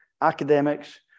academics